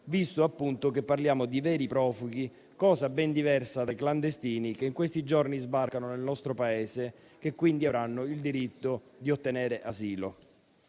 visto che parliamo di veri profughi, ben diversi dai clandestini che in questi giorni sbarcano nel nostro Paese e che quindi avranno il diritto di ottenere asilo.